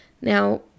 Now